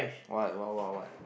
what what what what